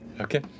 Okay